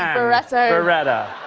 um barreto. barreto.